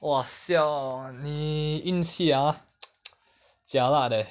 !wah! siao !wah! 你运气 ah jialat eh